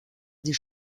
des